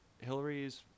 Hillary's